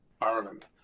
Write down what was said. ireland